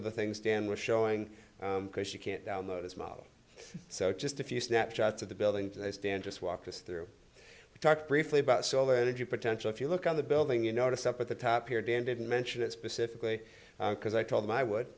of the things dan was showing because you can't download as model so just a few snapshots of the building and i stand just walk us through talk briefly about solar energy potential if you look on the building you notice up at the top here dan didn't mention it specifically because i told him i would